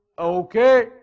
okay